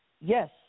yes